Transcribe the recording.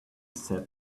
said